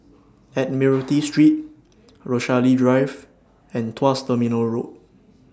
Admiralty Street Rochalie Drive and Tuas Terminal Road